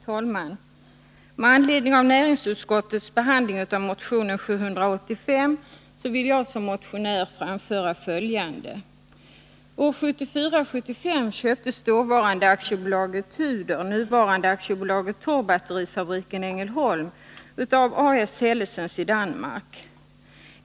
Herr talman! Med anledning av näringsutskottets behandling av motionen 1980 S Hellesens, Danmark.